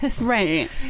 right